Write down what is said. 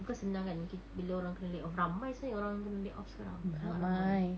because senang kan kit~ bila orang kena lay off ramai sebenarnya orang yang kena lay off sekarang sangat